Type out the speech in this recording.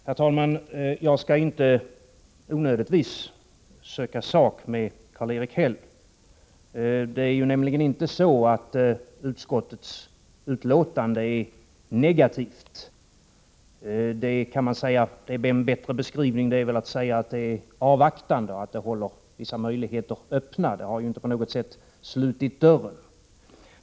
Herr talman! Jag skall inte onödigtvis söka sak med Karl-Erik Häll. Utskottets betänkande är nämligen inte negativt. En bättre beskrivning är att säga att det är avvaktande och håller vissa möjligheter öppna — det har inte på något sätt slutit dörren.